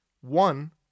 One